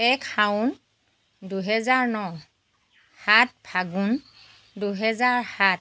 এক শাওন দুহেজাৰ ন সাত ফাগুন দুহেজাৰ সাত